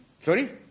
sorry